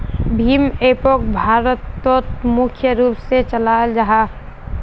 भीम एपोक भारतोत मुख्य रूप से चलाल जाहा